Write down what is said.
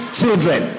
children